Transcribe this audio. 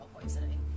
poisoning